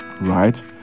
right